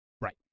Right